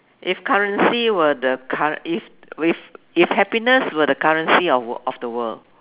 if currency were the cur~ if with if happiness were the currency of of the world